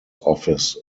office